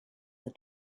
the